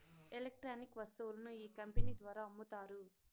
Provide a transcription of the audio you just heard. electronic వస్తువులను ఈ company ద్వారా అమ్ముతారు